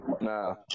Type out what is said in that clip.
No